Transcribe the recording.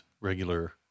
regular